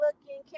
looking